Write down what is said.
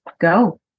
go